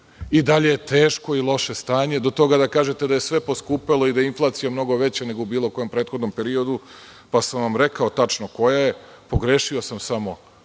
I dalje je teško i loše stanje, do toga da kažete da je sve poskupelo i da je inflacija mnogo veća nego u bilo kom prethodnom periodu, pa sam vam rekao tačno koja je inflacija.